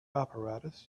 apparatus